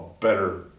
better